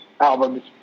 albums